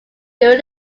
during